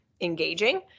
engaging